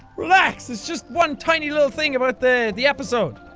relax! its just one tiny little thing about the the episode.